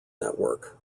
network